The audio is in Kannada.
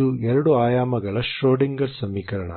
ಇದು ಎರಡು ಆಯಾಮಗಳ ಶ್ರೋಡಿಂಗರ್ ಸಮೀಕರಣ